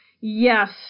yes